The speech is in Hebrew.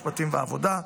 משפטים ועבודה.